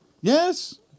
yes